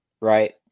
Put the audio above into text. right